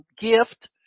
gift